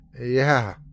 Yeah